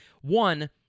One